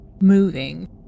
moving